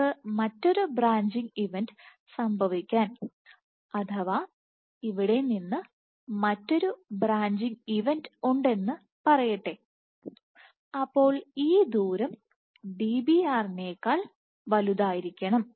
നിങ്ങൾക്ക് മറ്റൊരു branching event സംഭവിക്കാൻ അഥവാ ഇവിടെ നിന്ന് മറ്റൊരു ബ്രാഞ്ചിംഗ് ഇവന്റ് ഉണ്ടെന്ന് പറയട്ടെ അപ്പോൾ ഈ ദൂരം Dbr നെക്കാൾ വലുതായിരിക്കണം